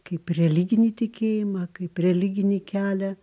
kaip religinį tikėjimą kaip religinį kelią